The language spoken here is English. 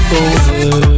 over